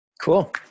Cool